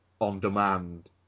on-demand